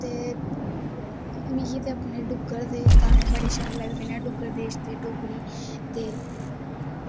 ते मिगी ते अपने डुग्गर दे गाने बड़े शैल लगदे नै डुग्गर देश दे डोगरी दे